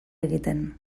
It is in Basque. egiten